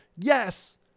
yes